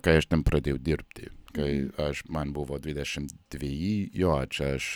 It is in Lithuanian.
kai aš ten pradėjau dirbti kai aš man buvo dvidešimt dveji jo čia aš